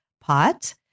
pot